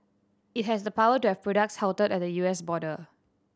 it has the power to have products halted at the U S border